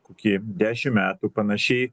koki dešim metų panašiai